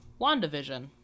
WandaVision